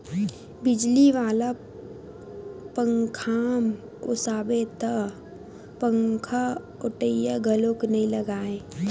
बिजली वाला पंखाम ओसाबे त पंखाओटइया घलोक नइ लागय